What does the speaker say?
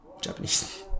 Japanese